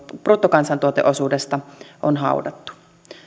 bruttokansantuoteosuudesta on haudattu